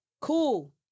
Cool